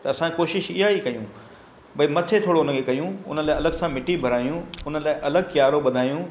त असां कोशिशि इहा ई कयूं भई मथे थोरो उन खे कयूं उन लाइ अलॻि सां मिट्टी भरायूं उन लाइ अलॻि क्यारो बधायूं